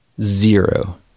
zero